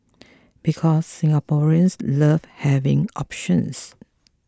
because Singaporeans love having options